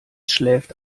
schläft